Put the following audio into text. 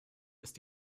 ist